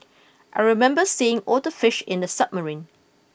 I remember seeing all the fish in the submarine